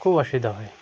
খুব অসুবিধা হয়